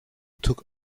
took